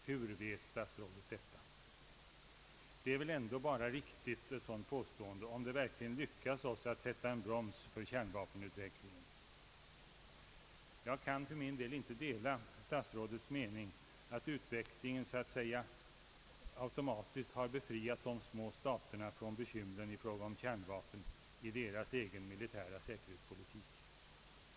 Hur vet statsrådet detta? Ett sådant påstående är väl riktigt bara om det verkligen lyckas oss att sätta en broms för kärnvapenutvecklingen. Jag kan för min del inte dela statsrådets mening, att utvecklingen så att säga automatiskt har befriat de små staterna från bekymren i fråga om kärnvapen i deras egen militära säkerhetspolitik.